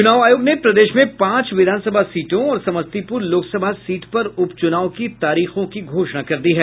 चुनाव आयोग ने प्रदेश में पांच विधानसभा सीटों और समस्तीपुर लोकसभा सीट पर उपचुनाव की तारीखों की घोषणा कर दी है